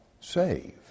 save